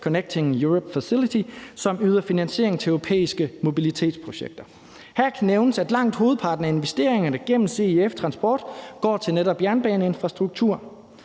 Connecting Europe Facility, som yder finansiering til europæiske mobilitetsprojekter. Her kan nævnes, at langt hovedparten af investeringerne gennem CEF Transport går til netop jernbaneinfrastruktur.